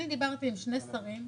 אני דיברתי עם שני שרים,